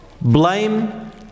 blame